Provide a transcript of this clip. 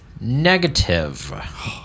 negative